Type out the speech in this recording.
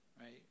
right